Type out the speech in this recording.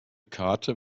karte